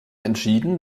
entschieden